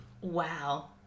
Wow